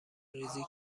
ریزی